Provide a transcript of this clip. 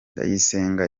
ndayisenga